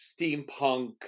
steampunk